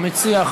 המציע,